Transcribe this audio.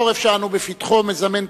החורף שאנו בפתחו מזמן,